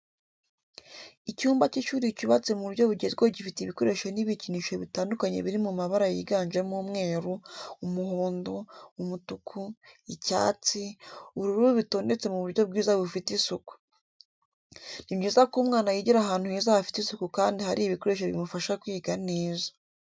Icyumba cy'ishuri cyubatse mu buryo bugezweho gifite ibikoresho n'ibikinisho bitandukanye biri mu mabara yiganjemo umweru, umuhondo, umutuku, icyatsi, ubururu bitondetse mu buryo bwiza bufite isuku. Ni byiza ko umwana yigira ahantu heza hafite isuku kandi hari ibikoresho bimufasha kwiga neza.